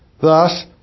Thus